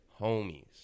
homies